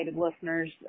listeners